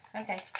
Okay